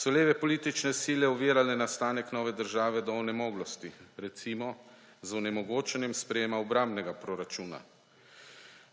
so leve politične sile ovirale nastanek nove države do onemoglosti, recimo, z onemogočanjem sprejetja obrambnega proračuna.